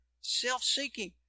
Self-seeking